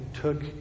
took